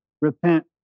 repent